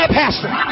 pastor